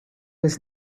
was